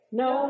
no